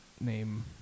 Name